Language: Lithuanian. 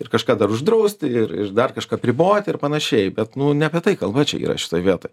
ir kažką uždrausti ir ir dar kažką apriboti ir panašiai bet nu ne apie tai kalba čia yra šitoj vietoj